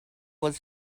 was